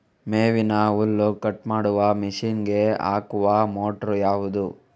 ಮೇವಿನ ಹುಲ್ಲು ಕಟ್ ಮಾಡುವ ಮಷೀನ್ ಗೆ ಹಾಕುವ ಮೋಟ್ರು ಯಾವುದು?